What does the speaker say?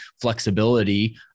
flexibility